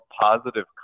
positive